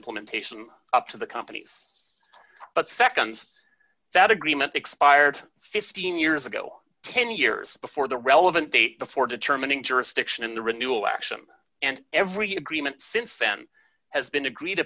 implementation up to the companies but seconds that agreement expired fifteen years ago ten years before the relevant date before determining jurisdiction in the renewal action and every agreement since then has been agreed